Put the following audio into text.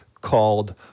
called